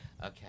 Okay